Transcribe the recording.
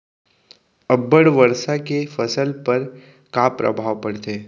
अब्बड़ वर्षा के फसल पर का प्रभाव परथे?